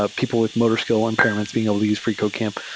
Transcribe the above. ah people with motor skill impairments being able to use freecodecamp.